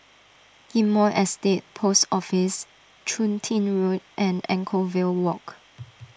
Ghim Moh Estate Post Office Chun Tin Road and Anchorvale Walk